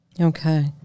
Okay